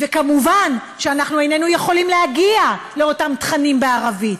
ומובן שאנחנו איננו יכולים להגיע לאותם תכנים בערבית,